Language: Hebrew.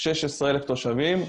16,000 תושבים.